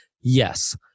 Yes